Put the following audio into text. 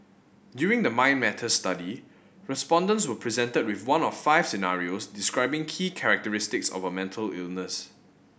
during the Mind Matters study respondents were presented with one of five scenarios describing key characteristics of a mental illness